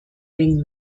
ring